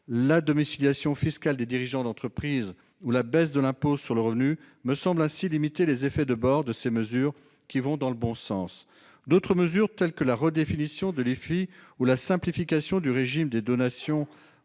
la domiciliation fiscale des dirigeants d'entreprise ou la baisse de l'impôt sur le revenu me semblent ainsi limiter les effets de bord de ces mesures, qui vont dans le bon sens. D'autres dispositions, telles que la redéfinition de l'IFI ou la simplification du régime des donations aux